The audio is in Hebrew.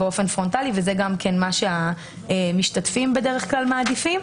וזה גם מה שהמשתתפים בדרך כלל מעדיפים.